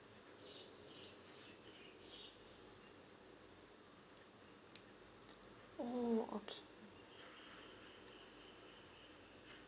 oh okay